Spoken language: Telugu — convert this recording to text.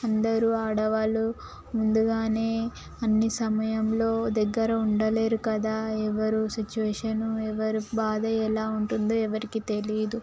అందరూ ఆడవాళ్ళు ముందుగానే అన్ని సమయంలో దగ్గర ఉండలేరు కదా ఎవరు సిచువేషన్ ఎవరి బాధ ఎలా ఉంటుందో ఎవరికీ తెలీదు